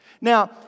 Now